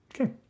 Okay